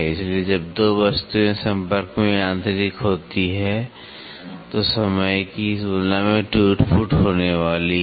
इसलिए जब 2 वस्तुएं संपर्क में यांत्रिक होती हैं तो समय की तुलना में टूट फूट होने वाली है